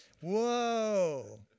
whoa